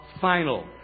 final